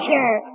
Sure